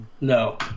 No